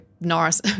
Norris